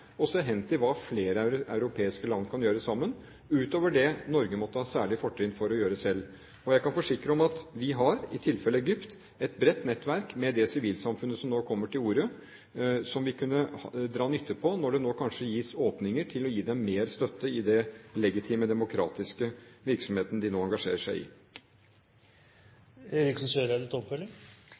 hva flere europeiske land kan gjøre sammen, utover det Norge måtte ha særlige fortrinn for å gjøre selv. Jeg kan forsikre om at vi har i tilfellet Egypt et bredt nettverk med det sivilsamfunnet som nå kommer til orde, som vi kunne dra nytte av når det nå kanskje gis åpninger til å gi dem mer støtte i den legitime demokratiske virksomheten de nå engasjerer seg i. I den grad Norge kan bidra til